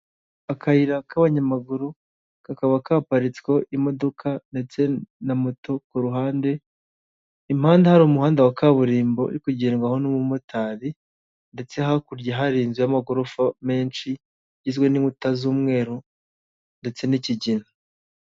Akayira k'abanyamaguru, kakaba kaparitsweho imodoka ndetse na moto ku ruhande, impande hari umuhanda wa kaburimbo uri kugendwaho n'umumotari ndetse hakurya hari inzu y'amagorofa menshi, igizwe n'inkuta z'umweru ndetse n'ikigina.